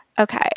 Okay